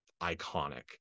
iconic